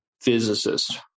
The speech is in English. physicist